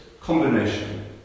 combination